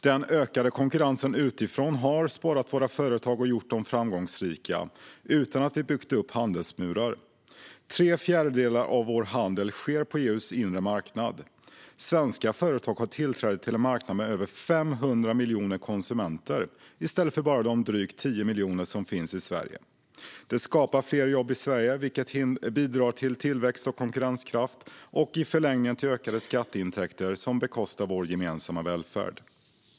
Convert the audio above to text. Den ökade konkurrensen utifrån har sporrat våra företag och gjort dem framgångsrika, utan att vi byggt upp handelsmurar. Tre fjärdedelar av vår handel sker på EU:s inre marknad. Svenska företag har tillträde till en marknad med över 500 miljoner konsumenter i stället för bara de drygt 10 miljoner som finns i Sverige. Det skapar fler jobb i Sverige, vilket bidrar till tillväxt och konkurrenskraft och i förlängningen till ökade skatteintäkter som bekostar vår gemensamma välfärd.